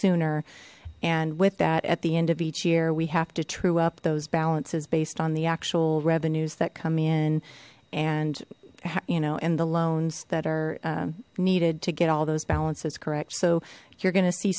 sooner and with that at the end of each year we have to true up those balances based on the actual revenues that come in and you know in the loans that are needed to get all those balances correct so you're go